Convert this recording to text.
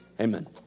Amen